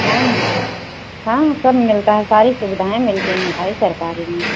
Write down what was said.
हाँ हाँ सब मिलता है सारी सुविधाएं मिलती हैं भाई सरकारी में